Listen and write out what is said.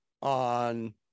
on